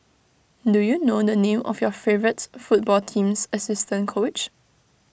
do you know the name of your favourites football team's assistant coach